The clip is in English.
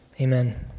amen